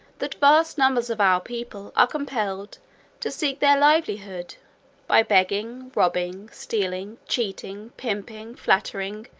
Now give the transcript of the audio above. that vast numbers of our people are compelled to seek their livelihood by begging, robbing, stealing, cheating, pimping, flattering,